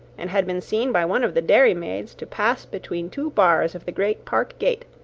and had been seen by one of the dairymaids to pass between two bars of the great park gate,